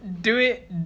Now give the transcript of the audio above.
do it